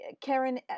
Karen